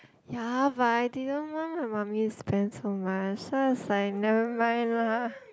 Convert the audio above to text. ya but I didn't want my mummy spend so much so I was like never mind lah